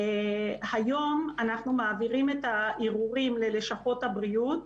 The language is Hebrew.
היום אנחנו מעבירים את הערעורים ללשכות הבריאות,